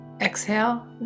Exhale